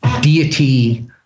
deity